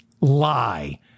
Lie